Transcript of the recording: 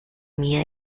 mir